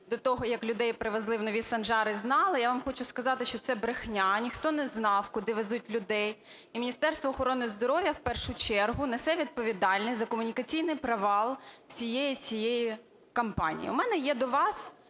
до того, як людей привезли в Нові Санжари, знала, я вам хочу сказати, що це брехня, ніхто не знав, куди везуть людей. І Міністерство охорони здоров'я, в першу чергу, несе відповідальність за комунікаційний провал всієї цієї кампанії. У мене є до вас